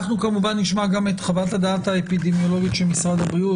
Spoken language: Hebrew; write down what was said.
אנחנו כמובן נשמע גם את חוות הדעת האפידמיולוגית של משרד הבריאות,